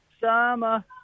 Summer